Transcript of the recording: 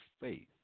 faith